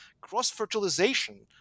cross-fertilization